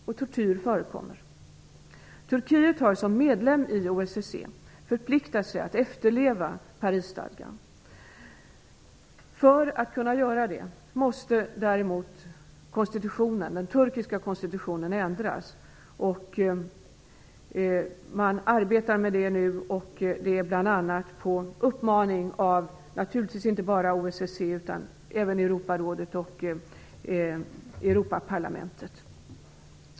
Dessutom förekommer tortyr. Turkiet har som medlem i OSSE förpliktat sig att efterleva Parisstadgan. För att kunna göra det måste emellertid den turkiska konstitutionen ändras. Man arbetar nu med det, bl.a. på uppmaning inte bara av OSSE utan naturligtvis även av Europarådet och Europaparlamentet.